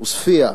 עוספיא,